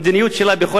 בכל התחומים,